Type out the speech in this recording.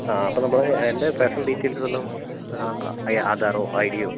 ആ അപ്പം നമുക്ക് എൻ്റെ പേർസണൽ ഡീറ്റെയിൽസ് വല്ലതും അയ ആധാറോ ഐഡിയോ